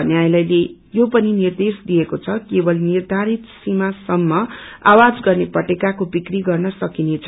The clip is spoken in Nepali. न्यायालयले यो पनि निर्देश दिएको छ केवल निर्यारित सीमासम्म आवाज गर्ने पटेकाको बिक्री गर्न सकिनेछ